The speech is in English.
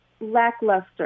lackluster